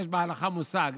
יש בהלכה מושג: